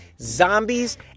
Zombies